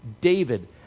David